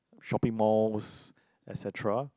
shopping malls et-cetera